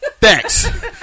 Thanks